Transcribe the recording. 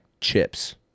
chips